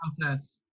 process